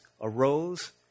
arose